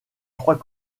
trois